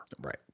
Right